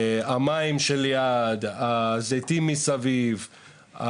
המים שליד והזיתים מסביב.